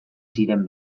ziren